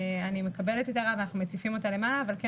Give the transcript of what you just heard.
אני מקבלת את ההערה ואנחנו מציפים אותה למעלה אבל כן